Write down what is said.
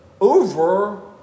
over